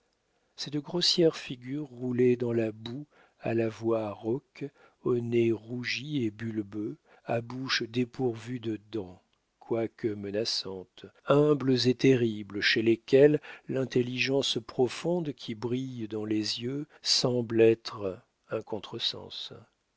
c'est de grossières figures roulées dans la boue à la voix rauque au nez rougi et bulbeux à bouches dépourvues de dents quoique menaçantes humbles et terribles chez lesquelles l'intelligence profonde qui brille dans les yeux semble être un contre-sens